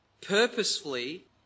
Purposefully